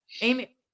Amy